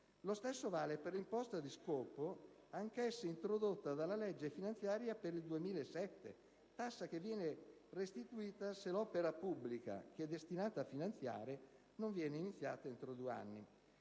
Lo stesso vale per l'imposta di scopo, anch'essa introdotta dalla legge finanziaria per il 2007, tassa che viene restituita se l'opera pubblica che è destinata a finanziare non viene iniziata entro due anni.